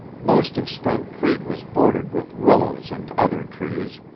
most of skunk creek was bordered with willows and other trees,